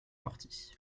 partie